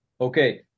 Okay